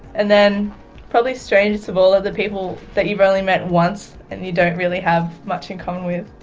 and then probably strangest of all are the people that you've only met once and you don't really have much in common with,